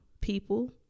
people